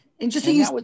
Interesting